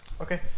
Okay